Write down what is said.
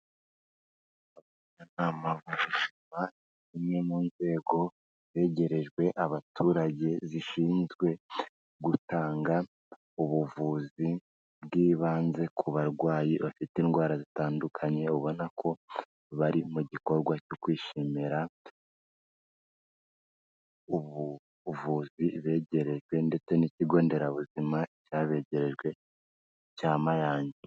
Aya mashusho nimwe mu nzego zegerejwe abaturage zishinzwe gutanga ubuvuzi bw'ibanze ku barwayi bafite indwara zitandukanye ubona ko bari mu gikorwa cyo kwishimira ubuvuzi begerejwe ndetse n'ikigo nderabuzima cyabegerejwe cya Mayange.